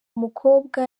umukobwa